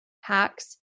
hacks